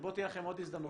שבו תהיה לכם עוד הזדמנות,